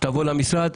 שתבוא למשרד,